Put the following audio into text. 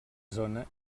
zona